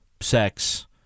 sex